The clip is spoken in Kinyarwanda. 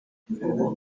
none